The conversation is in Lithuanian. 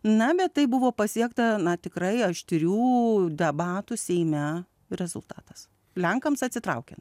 na bet tai buvo pasiekta na tikrai aštrių debatų seime rezultatas lenkams atsitraukiant